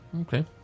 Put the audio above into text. Okay